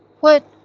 what?